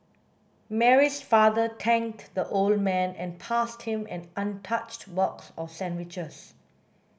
Mary's father thanked the old man and passed him an untouched box of sandwiches